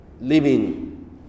living